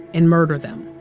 and murder them.